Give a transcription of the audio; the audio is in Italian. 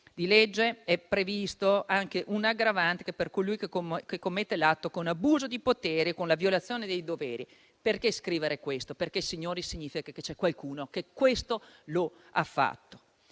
di legge è prevista un'aggravante per colui che commette l'atto con abuso di potere e con la violazione dei doveri. Perché scrivere questo? Signori, significa che c'è qualcuno che questo ha fatto.